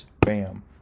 bam